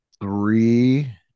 three